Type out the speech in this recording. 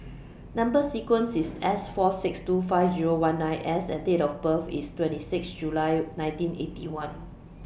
Number sequence IS S four six two five Zero one nine S and Date of birth IS twenty six July nineteen Eighty One